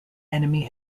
enemy